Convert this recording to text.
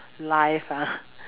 life ah